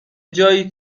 جایی